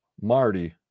Marty